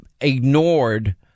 ignored